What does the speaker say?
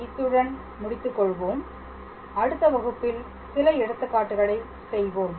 இன்று இத்துடன் முடித்துக் கொள்வோம் அடுத்த வகுப்பில் சில எடுத்துக்காட்டுகளை செய்வோம்